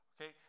Okay